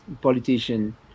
politician